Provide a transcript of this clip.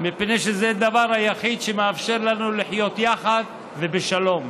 מפני שזה הדבר היחיד שמאפשר לנו לחיות יחד ובשלום.